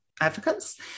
advocates